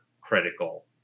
critical